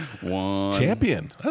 Champion